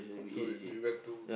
so we we went to